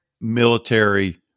military